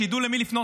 שידעו למי לפנות,